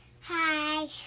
hi